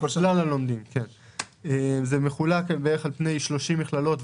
זה מחולק על פני 30 מכללות,